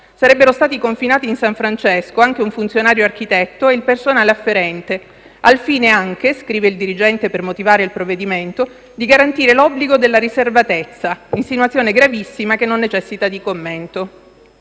Sarebbero stati confinati in San Francesco anche un funzionario architetto e il personale afferente, «al fine anche» - scrive il dirigente per motivare il provvedimento - «di garantire l'obbligo della riservatezza»: insinuazione gravissima che non necessita di commento.